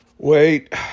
Wait